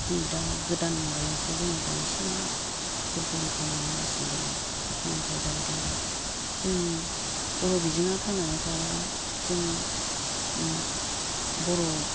नै दा गोदान माबायावसो जोङो दा एसे दुरबलखौ नुलांगासिनो दं आरो दुखुनांथाव जाहैदों दा जोंनि बर' बिजोंआ थांनानै थायाबा जों बर'